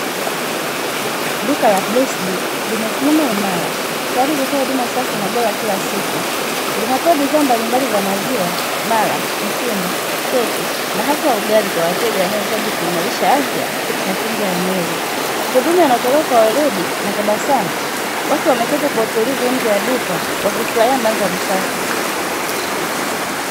Duka limesimama imara tayari kutoa huduma safi na bora kila siku, likatoa bidhaa mbalimbali za maziwa mara, mtindi, keki na hata ugali kwa wateja wanaohitaji kuimarisha afya na kinga ya mwili, huduma inatolewa kwa weredi na tabasamu watu wameketi kwa utulivu nje ya duka wakifurahia mandhari safi.